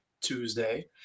Tuesday